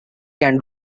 can